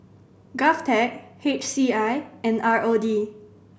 GovTech H C I and R O D